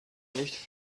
nicht